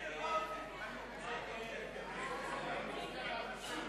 ההצעה להסיר מסדר-היום את הצעת חוק הכניסה לישראל (תיקון,